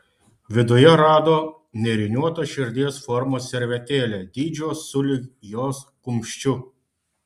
viduje rado nėriniuotą širdies formos servetėlę dydžio sulig jos kumščiu